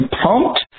pumped